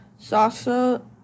salsa